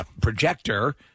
projector